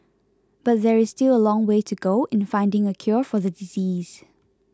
but there is still a long way to go in finding a cure for the disease